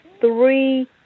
three